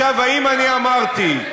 האם אני אמרתי,